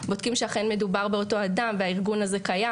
בודקים שאכן מדובר באותו אדם והארגון הזה קיים,